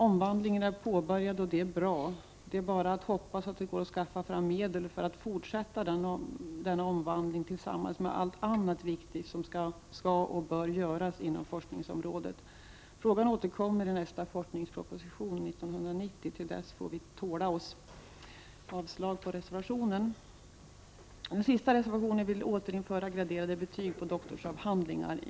Omvandlingen är påbörjad, och det är bra. Det är bara att hoppas att det går att skaffa fram medel för att fortsätta denna omvandling tillsammans med allt annat viktigt som skall och bör göras inom forskningsområdet. Frågan återkommer i nästa forskningsproposition 1990. Till dess får vi tåla oss. Jag yrkar avslag på reservationen. Den sista reservationen vill återinföra graderade betyg på doktorsavhandlingar.